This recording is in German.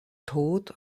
tod